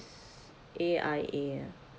A_I_A ah